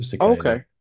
Okay